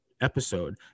episode